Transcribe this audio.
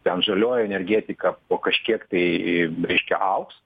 ten žalioji energetika po kažkiek tai reiškia augs